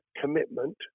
commitment